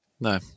No